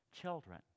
children